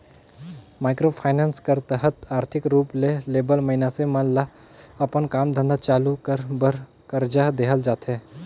micro finance कर तहत आरथिक रूप ले लिबल मइनसे मन ल अपन काम धंधा चालू कर बर करजा देहल जाथे